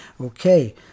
Okay